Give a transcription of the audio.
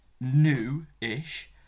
new-ish